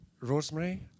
Rosemary